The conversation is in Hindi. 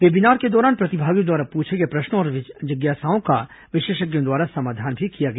वेबिनार के दौरान प्रतिभागियों द्वारा पूछे गए प्रश्नों औरं जिज्ञासाओं का विशेषज्ञों द्वारा समाधान भी किया गया